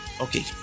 Okay